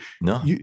no